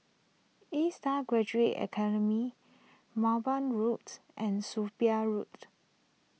A Star Graduate Academy Mowbray Roads and Sophia Road